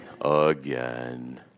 again